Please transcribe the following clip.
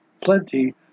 plenty